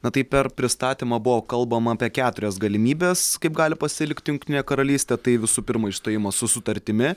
na tai per pristatymą buvo kalbama apie keturias galimybes kaip gali pasilikti jungtinė karalystė tai visų pirma išstojimo su sutartimi